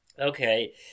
Okay